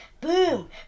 Boom